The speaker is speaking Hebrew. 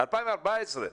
ב-2014.